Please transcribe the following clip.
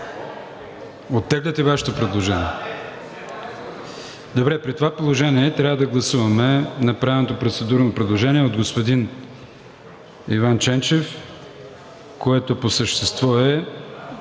Оттегляте Вашето предложение? Добре. При това положение трябва да гласуваме направеното процедурно предложение от господин Иван Ченчев, което по същество е